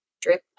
drip